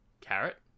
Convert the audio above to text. carrot